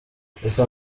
reka